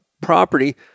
property